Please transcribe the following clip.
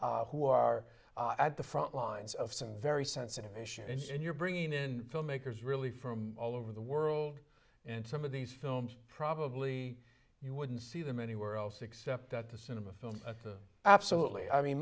who are at the front lines of some very sensitive issues and you're bringing in filmmakers really from all over the world and some of these films probably you wouldn't see them anywhere else except at the cinema absolutely i mean